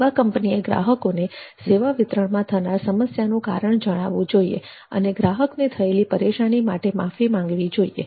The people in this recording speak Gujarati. સેવા કંપનીએ ગ્રાહકોને સેવા વિતરણમાં થનાર સમસ્યાનું કારણ જણાવવું જોઈએ અને ગ્રાહકને થયેલી પરેશાની માટે માફી માગવી જોઇએ